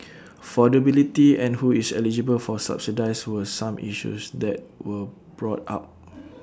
affordability and who is eligible for subsidies were some issues that were brought up